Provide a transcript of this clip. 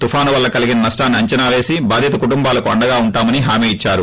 తుపాను వల్ల కలిగిన నష్లాన్ని అంచనాపేసి బాధిత కుటుంబాలకు అండగా ఉంటామని హామీ ఇద్చారు